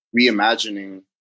reimagining